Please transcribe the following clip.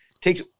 takes